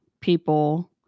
people